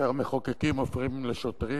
כאשר המחוקקים הופכים לשוטרים,